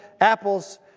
apples